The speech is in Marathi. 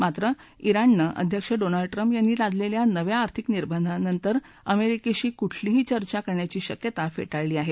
मात्र जिणने अध्यक्ष डोनाल्ड ट्रम्प यांनी लादलेल्या नव्या आर्थिक निर्बधांनंतर अमेरिकेशी कुठलीही चर्चा करण्याची शक्यता फेटाळली आहे